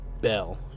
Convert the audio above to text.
Bell